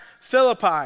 Philippi